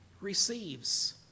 receives